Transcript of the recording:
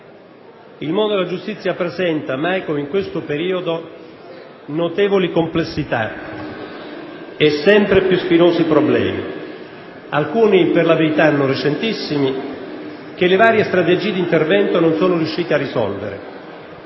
il mondo della giustizia presenta, mai come in questo periodo, notevoli complessità e sempre più spinosi problemi, alcuni, per la verità, non recentissimi che le varie strategie di intervento non sono riuscite a risolvere.